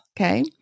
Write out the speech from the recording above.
okay